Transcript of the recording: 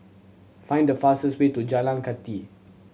find the fastest way to Jalan Kathi